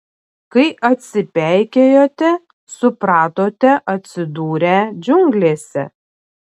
kai atsipeikėjote supratote atsidūrę džiunglėse